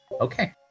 Okay